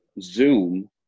Zoom